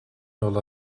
yol